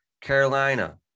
Carolina